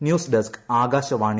news desk Akashvani